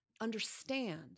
understand